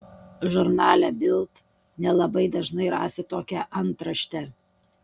žurnale bild nelabai dažnai rasi tokią antraštę